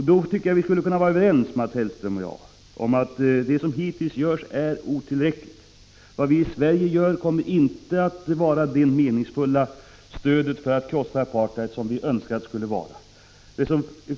Då tycker jag att vi skulle kunna vara överens, Mats Hellström och jag, om att det som hittills gjorts är otillräckligt. Åtgärder som enbart vidtas i Sverige kommer inte att ge det verkningsfulla stöd för att krossa apartheid som vi önskar se.